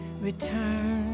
return